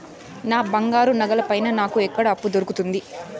నా బంగారు నగల పైన నాకు ఎక్కడ అప్పు దొరుకుతుంది